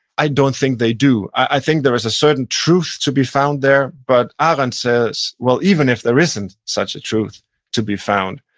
i don't think they do. i think there is a certain truth to be found there, but ah arendt says, well even if there isn't such a truth to be found,